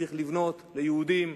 צריך לבנות ליהודים,